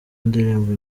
indirimbo